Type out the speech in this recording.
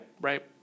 right